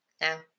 Now